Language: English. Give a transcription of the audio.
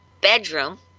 bedroom